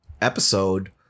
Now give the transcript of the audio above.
episode